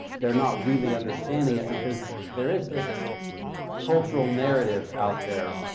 they're not really understanding it because there is this cultural narrative out there.